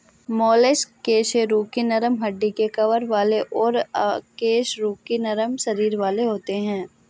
mollusc कशेरुकी नरम हड्डी के कवर वाले और अकशेरुकी नरम शरीर वाले होते हैं